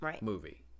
movie